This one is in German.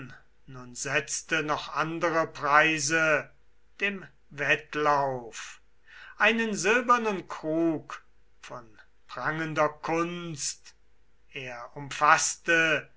nun setzte noch andere preise dem wettlauf einen silbernen krug von prangender kunst er umfaßte